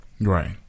Right